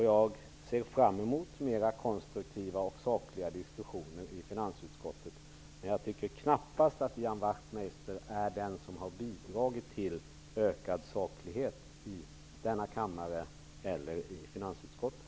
Jag ser fram emot mera konstruktiva och sakliga diskussioner i finansutskottet, men jag tycker knappast att Ian Wachtmeister har bidragit till ökad saklighet här i kammaren eller i finansutskottet.